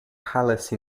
palace